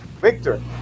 Victor